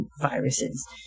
viruses